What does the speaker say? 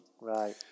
Right